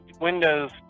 Windows